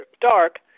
dark